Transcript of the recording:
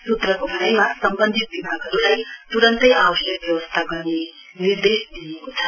सूत्रको भनाईमा सम्वन्धित विभागहरुलाई तुरन्तै आवश्यक व्यवस्था गर्ने निर्देश दिइएको छ